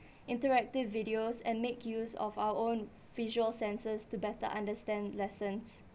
interactive videos and make use of our own visual sensors to better understand lessons